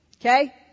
Okay